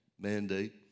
mandate